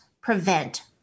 prevent